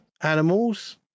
animals